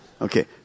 Okay